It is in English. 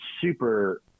super